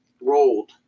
rolled